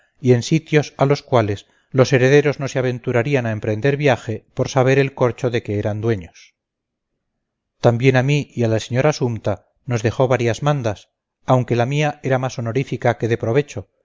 y en sitios a los cuales los herederos no se aventurarían a emprender viaje por saber el corcho de que eran dueños también a mí y a la señora sumta nos dejó varias mandas aunque la mía más era honorífica que de provecho